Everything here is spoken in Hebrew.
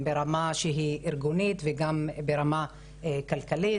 ברמה שהיא ארגונית וגם ברמה כלכלית,